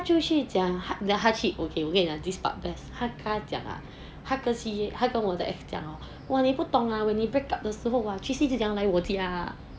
他就去讲你你的 hardship okay okay 我跟你讲 this part best 他讲 ah 他跟我的 ex 讲 hor 你不懂你 break up 的时候 tracy 整天来我家 ah